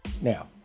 now